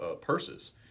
purses